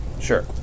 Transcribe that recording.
Sure